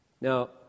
Now